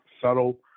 subtle